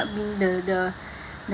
being the the